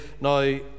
now